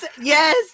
Yes